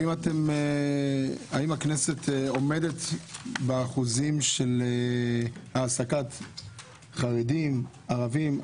האם הכנסת עומדת באחוזים של העסקת חרדים, ערבים?